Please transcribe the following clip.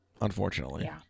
unfortunately